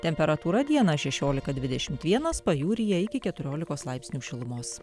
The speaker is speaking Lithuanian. temperatūra dieną šešiolika dvidešimt vienas pajūryje iki keturiolikos laipsnių šilumos